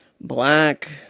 Black